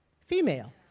female